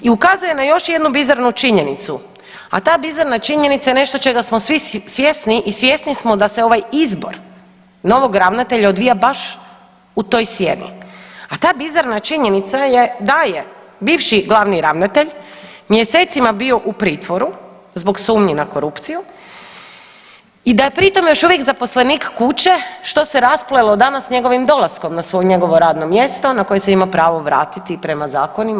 I ukazuje na još jednu bizarnu činjenicu, a ta bizarna činjenica je nešto čega smo svi svjesni i svjesni smo da se ovaj izbor novog ravnatelja odvija baš u toj sjeni, a ta bizarna činjenica je da je bivši glavni ravnatelj mjesecima bio u pritvoru zbog sumnje na korupciju i da je pritom još uvijek zaposlenik kuće, što se rasplelo danas njegovim dolaskom na .../nerazumljivo/... njegovo radno mjesto na koje se ima pravo vratiti prema zakonima.